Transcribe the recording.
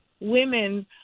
women